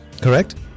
correct